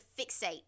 fixate